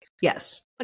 Yes